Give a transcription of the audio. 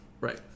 right